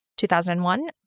2001